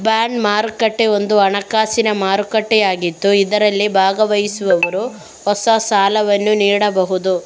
bond ಮಾರುಕಟ್ಟೆ ಒಂದು ಹಣಕಾಸಿನ ಮಾರುಕಟ್ಟೆಯಾಗಿದ್ದು ಇದರಲ್ಲಿ ಭಾಗವಹಿಸುವವರು ಹೊಸ ಸಾಲವನ್ನು ನೀಡಬಹುದು